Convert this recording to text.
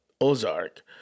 Ozark